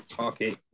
Okay